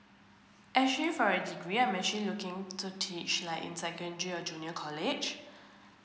actually for a degree I'm actually looking to teach like in secondary or junior college